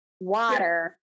water